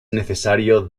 necesario